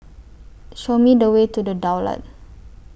Show Me The Way to The Daulat